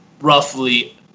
roughly